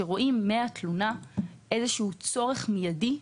שרואים מהתלונה איזשהו צורך מיידי.